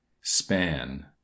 Span